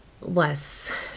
less